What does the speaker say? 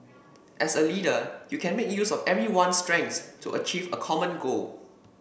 as a leader you can make use of everyone's strengths to achieve a common goal